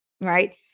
right